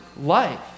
life